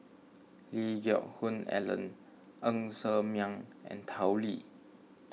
Lee Geck Hoon Ellen Ng Ser Miang and Tao Li